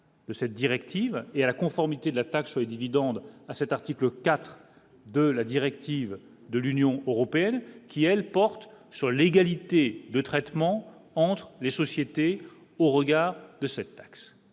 IV. Cette directive et à la conformité de la taxe sur les dividendes à cet article 4 de la directive de l'Union européenne qui elle porte sur l'égalité de traitement entre les sociétés au regard de cette taxe,